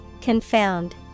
Confound